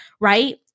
Right